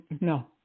no